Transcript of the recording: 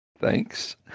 Thanks